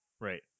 right